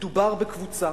מדובר בקבוצה